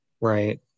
Right